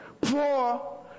Poor